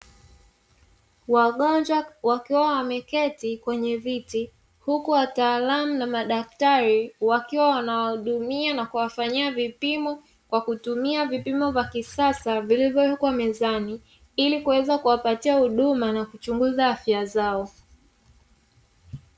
Wagonjwa wakiwa wameketi kwenye viti huku wataalamu na madaktari, wakiwa wanawahudumia na kuwafanyia vipimo kwa kutumia vipimo vya kisasa vilivyowekwa mezani ili kuweza kuwapatia huduma na kuchunguza afya zao.